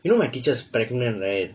you know my teacher is pregnant right